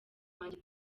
wanjye